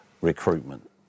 recruitment